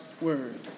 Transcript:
word